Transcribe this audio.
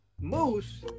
moose